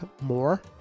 more